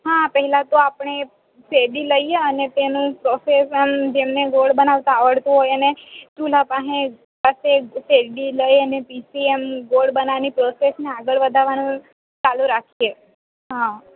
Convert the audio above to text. હાં પેહલા તો આપણે શેરડી લઈએ અને તેની પ્રોસેશન જેમને ગોળ બનાવતા આવડતું હોય એને ચૂલા પાંહે પાસે શેરડી લઈ અને પીસી અન ગોળ બનાવવાની પ્રોસેસને આગળ વધારવાનું ચાલુ રાખીએ હ